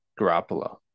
Garoppolo